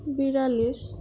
বিৰাল্লিছ